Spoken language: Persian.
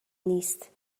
نیست